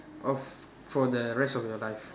off for the rest of your life